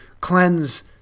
cleanse